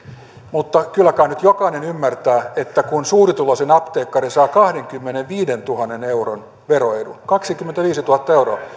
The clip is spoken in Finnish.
mutta kyllä kai nyt jokainen ymmärtää että kun suurituloisin apteekkari saa kahdenkymmenenviidentuhannen euron veroedun kaksikymmentäviisituhatta euroa